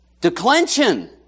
declension